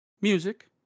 music